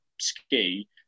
ski